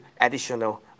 additional